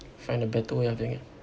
find a better way of doing it